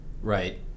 Right